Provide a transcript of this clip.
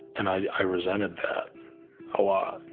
and i resented that a lot.